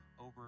over